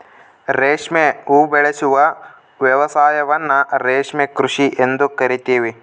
ರೇಷ್ಮೆ ಉಬೆಳೆಸುವ ವ್ಯವಸಾಯವನ್ನ ರೇಷ್ಮೆ ಕೃಷಿ ಎಂದು ಕರಿತೀವಿ